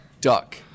Duck